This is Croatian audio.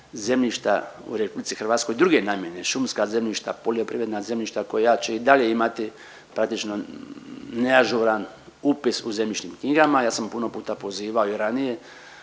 zemljišta u Republici Hrvatskoj druge namjene, šumska zemljišta, poljoprivredna zemljišta koja će i dalje imati praktično neažuran upis u zemljišnim knjigama. Ja sam puno puta pozivao i ranije